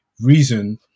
reason